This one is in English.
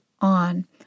on